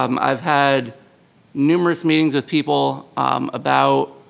um i've had numerous meetings with people um about